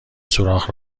سوراخ